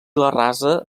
rasa